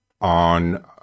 on